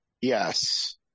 yes